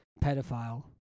pedophile